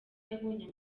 yabonye